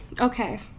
Okay